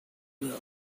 were